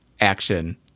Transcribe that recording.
action